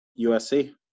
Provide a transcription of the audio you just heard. USC